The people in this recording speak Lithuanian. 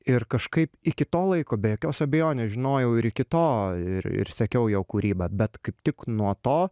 ir kažkaip iki to laiko be jokios abejonės žinojau ir iki to ir ir sekiau jo kūrybą bet kaip tik nuo to